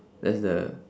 that's the